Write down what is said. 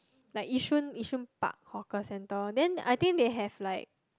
like Yishun Yishun Park hawker centre then I think they have like